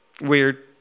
weird